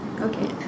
Okay